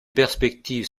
perspectives